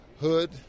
Hood